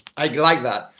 i like that.